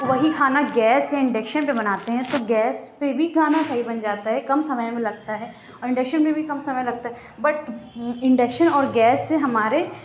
وہی کھانا گیس یا انڈکشن پہ بناتے ہیں تو گیس پہ بھی کھانا صحیح بن جاتا ہے کم سمئے میں لگتا ہے اور انڈکشن میں بھی کم سمئے لگتا ہے بٹ انڈکشن اور گیس سے ہمارے